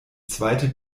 zweite